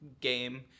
game